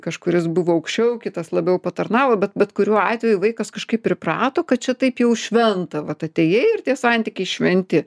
kažkuris buvo aukščiau kitas labiau patarnavo bet bet kuriuo atveju vaikas kažkaip priprato kad čia taip jau šventa vat atėjai ir tie santykiai šventi